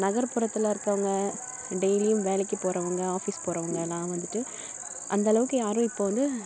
நகர்ப்புறத்தில் இருக்கிறவுங்க டெயிலியும் வேலைக்கு போறவங்க ஆஃபிஸ் போறவங்கள்லாம் வந்துட்டு அந்த அளவுக்கு யாரும் இப்போ வந்து